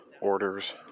Orders